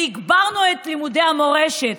והגברנו את לימודי המורשת,